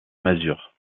masure